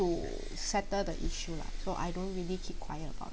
to settle the issue lah so I don't really keep quiet about it